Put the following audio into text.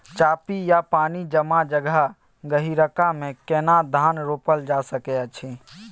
चापि या पानी जमा जगह, गहिरका मे केना धान रोपल जा सकै अछि?